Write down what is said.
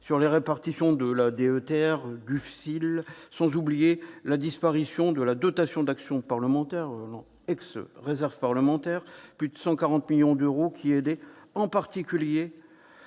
sur les répartitions de la DETR, du FSIL, sans oublier la disparition de la dotation d'action parlementaire- ex-réserve parlementaire -, soit une perte de plus de 140 millions d'euros à destination en particulier